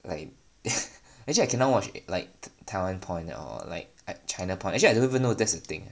like actually I cannot watch it eh like Taiwan porn or like China actually I didn't even know that's a thing eh